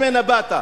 שממנה באת.